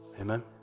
Amen